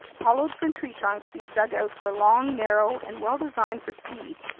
hollowed from tree trunks, these dugouts were long, narrow, and well designed for speed,